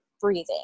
breathing